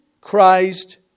Christ